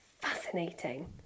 Fascinating